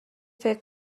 فکر